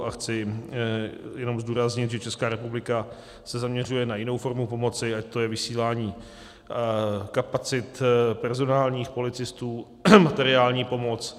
A chci jenom zdůraznit, že Česká republika se zaměřuje na jinou formu pomoci, ať to je vysílání kapacit personálních, policistů, materiální pomoc.